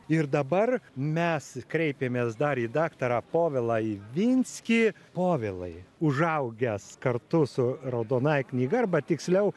ir dabar mes kreipiamės dar į daktarą povilą ivinskį povilai užaugęs kartu su raudonąja knyga arba tiksliau